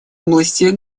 области